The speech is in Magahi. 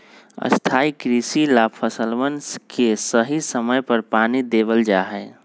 स्थाई कृषि ला फसलवन के सही समय पर पानी देवल जा हई